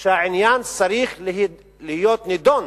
שהעניין צריך להיות נדון